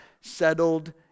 settled